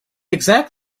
exact